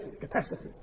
capacity